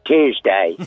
Tuesday